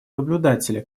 наблюдателя